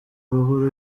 uruhu